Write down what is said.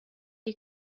die